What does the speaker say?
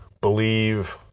believe